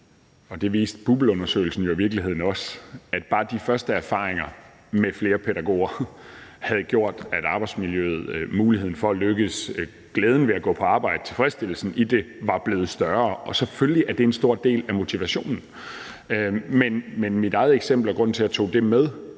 det viste BUPL-undersøgelsen i virkeligheden også – at bare de første erfaringer med flere pædagoger viste, at arbejdsmiljøet, muligheden for at lykkes, glæden ved at gå på arbejde, tilfredsstillelsen i det var blevet større. Og selvfølgelig er det en stor del af motivationen. Men mit eget eksempel, og det var grunden til, at jeg tog det med